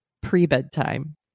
pre-bedtime